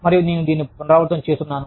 మరియు నేను దీన్ని పునరావృతం చేస్తున్నాను